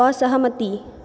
असहमति